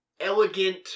elegant